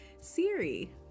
Siri